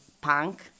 punk